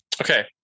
Okay